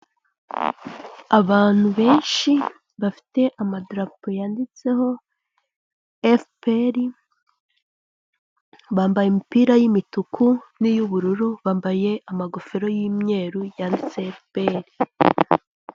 Abantu benshi bafite amadarapo yanditseho efuperi, bambaye imipira y'imituku n'iy'ubururu, bambaye ingogofero y'umweru yanditseho efuperi.